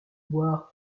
boire